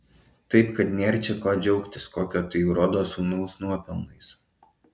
taip kad nėr čia ko džiaugtis kokio tai urodo sūnaus nuopelnais